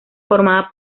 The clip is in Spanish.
formada